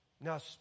Now